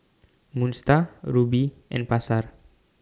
Moon STAR Rubi and Pasar